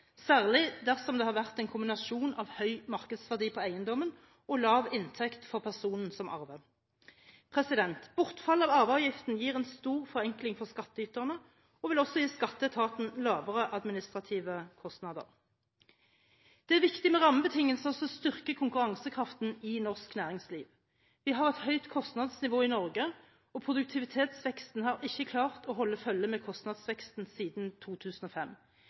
særlig dersom det har vært en kombinasjon av høy markedsverdi på eiendommen og lav inntekt for personen som arver. Bortfallet av arveavgiften gir en stor forenkling for skatteyterne og vil også gi Skatteetaten lavere administrative kostnader. Det er viktig med rammebetingelser som styrker konkurransekraften i norsk næringsliv. Vi har et høyt kostnadsnivå i Norge, og produktivitetsveksten har ikke klart å holde følge med kostnadsveksten siden 2005.